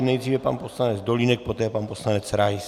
Nejdřív pan poslanec Dolínek, poté pan poslanec Rais.